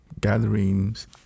gatherings